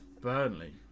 Burnley